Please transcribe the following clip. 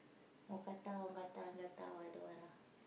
mookata mookata mookata I don't want lah